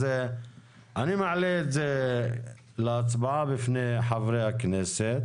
אז אני מעלה את זה להצבעה בפני חברי הכנסת.